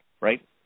right